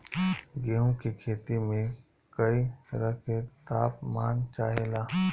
गेहू की खेती में कयी तरह के ताप मान चाहे ला